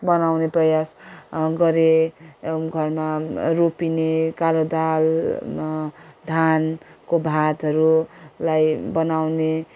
बनाउने प्रयास गरेँ घरमा रोपिने कालो दाल धानको भातहरूलाई बनाउने